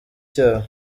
cyabo